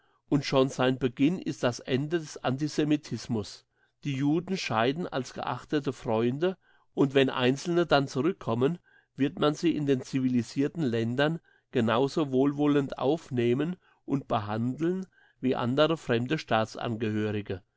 und schon sein beginn ist das ende des antisemitismus die juden scheiden als geachtete freunde und wenn einzelne dann zurückkommen wird man sie in den civilisirten ländern genau so wohlwollend aufnehmen und behandeln wie andere